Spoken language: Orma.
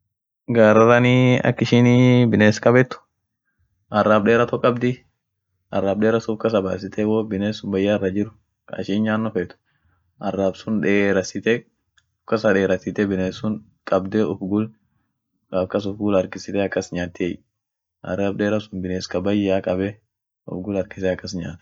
Gararranii akishinii biness kabet arrab deera tok kabdi, arrab deera sun uf kasa baasite wo biness bayya irra jir ka isin nyano feet arrab sun deerasite uff kasa derasite biness sun kabde uf gul akas uf gul harkisite nyaatiey, arrab deera sun biness ka bayya sun kabe uf gul harkise akas nyaat.